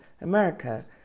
America